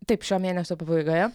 taip šio mėnesio pabaigoje